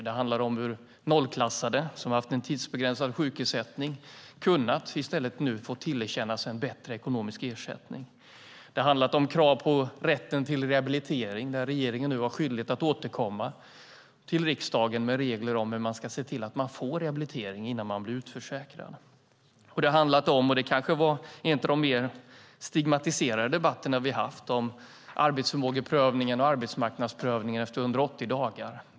Det har handlat om hur nollklassade som har haft en tidsbegränsad sjukersättning i stället har kunnat tillerkännas en bättre ekonomisk ersättning. Det har handlat om krav på rätten till rehabilitering där regeringen nu har skyldighet att återkomma till riksdagen med regler om hur vi ser till att man får rehabilitering innan man blir utförsäkrad. Kanske en av de mest stigmatiserade debatterna vi har haft handlade om arbetsförmågeprövningen och arbetsmarknadsprövningen efter 180 dagar.